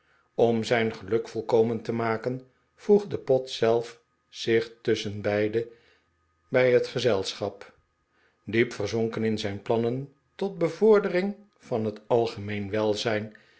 om zijn geluk volkomen te maken voegde pott zelf zich tusschenbeide bij het gezelschap diep verzonken in zijn plannen tot bevordering van het algemeen welzijn